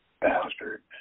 bastard